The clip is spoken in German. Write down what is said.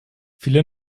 viele